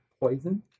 poison